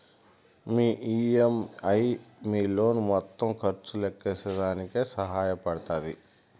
మీ EMI మీ loan మొత్తం ఖర్చు లెక్కేసేదానికి సహాయ పడతాది